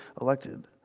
elected